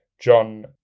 John